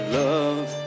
love